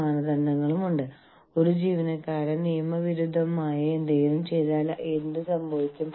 അതിനാൽ അതിർത്തിക്കപ്പുറത്ത് ബിസിനസ്സ് ചെയ്യുന്നത് എളുപ്പമായി